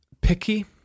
picky